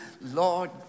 Lord